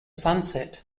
sunset